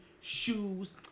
shoes